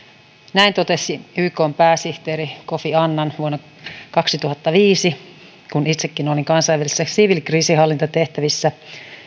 näin totesi ykn pääsihteeri kofi annan vuonna kaksituhattaviisi kun itsekin olin kansainvälisissä siviilikriisinhallintatehtävissä